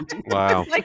Wow